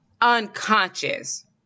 unconscious